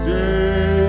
day